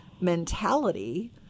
mentality